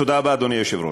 תודה רבה, אדוני היושב-ראש.